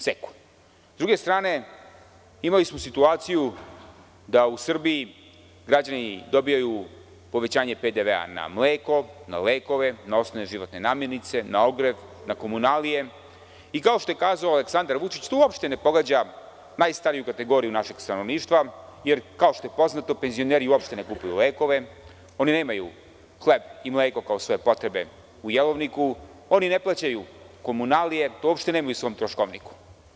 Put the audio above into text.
Sa druge strane, imali smo situaciju da u Srbiji građani dobiju povećanje PDV na mleko, na lekove, na osnovne životne namirnice, na ogrev, na komunalije i kao što je kazao Aleksandar Vučić, to uopšte ne pogađa najstariju kategoriju našeg stanovništva, jer kao što je poznato penzioneri uopšte ne kupuju lekove, oni nemaju hleb i mleko kao svoje potrebe u jelovniku, oni ne plaćaju komunalije, koje uopšte nemaju u svom troškovniku.